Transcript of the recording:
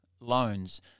loans